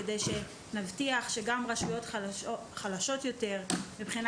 כדי שנבטיח שגם רשויות חלשות יותר מבחינה